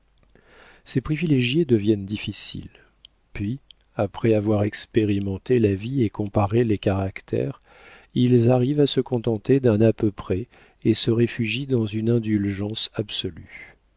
ces privilégiés deviennent difficiles puis après avoir expérimenté la vie et comparé les caractères ils arrivent à se contenter d'un à peu près et se réfugient dans une indulgence absolue